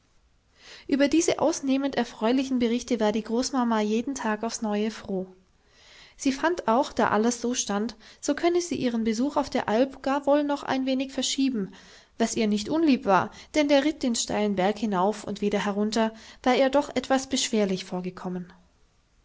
über diese ausnehmend erfreulichen berichte war die großmama jeden tag aufs neue froh sie fand auch da alles so stand so könne sie ihren besuch auf der alp gar wohl noch ein wenig verschieben was ihr nicht unlieb war denn der ritt den steilen berg hinauf und wieder herunter war ihr doch etwas beschwerlich vorgekommen